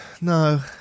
no